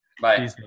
Bye